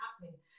happening